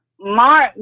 mark